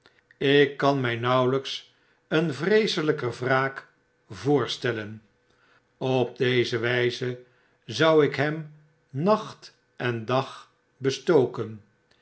ik kan my nauwelyks een vreeselyker wraak voorstellen op deze wyze zou ik hem nacht en dag bestoken